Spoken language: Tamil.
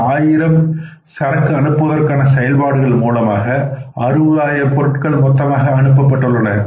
இந்த ஆயிரம் சரக்கு அனுப்புவதற்கான செயல்பாடுகள் மூலமாக 60000 பொருட்கள் அனுப்பப்பட்டுள்ளன